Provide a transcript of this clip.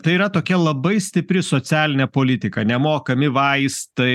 tai yra tokia labai stipri socialinė politika nemokami vaistai